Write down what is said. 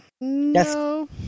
No